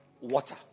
water